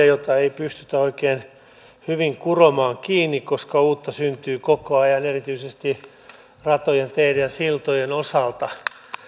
jota ei pystytä oikein hyvin kuromaan kiinni koska uutta syntyy koko ajan erityisesti ratojen teiden ja siltojen osalta